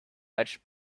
much